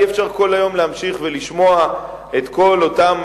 אי-אפשר כל היום להמשיך ולשמוע את כל אותן